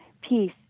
peace